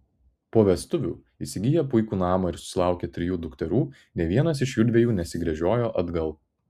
po vestuvių įsigiję puikų namą ir susilaukę trijų dukterų nė vienas iš jųdviejų nesigręžiojo atgal